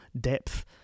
depth